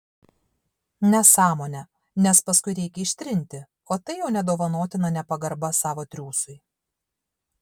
nesąmonė nes paskui reikia ištrinti o tai jau nedovanotina nepagarba savo triūsui